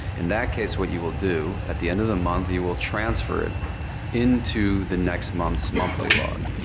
in that case, what you will do at the end of the month, you will transfer it into the next month's monthly log.